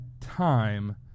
time